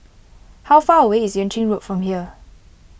how far away is Yuan Ching Road from here